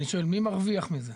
מי מרוויח מזה?